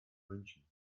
münchen